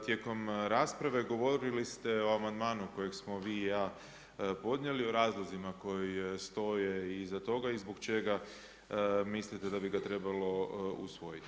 Tijekom rasprave govorili ste o amandmanu kojeg ste vi i ja podnijeli o razlozima koje stoje iza toga i zbog čega mislite da bi ga trebalo usvojiti.